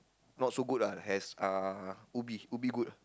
not so good lah as Ubi uh Ubi good ah